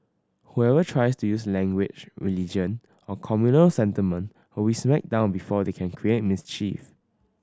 whoever tries to use language religion or communal sentiment will be smacked down before they can create mischief